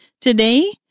Today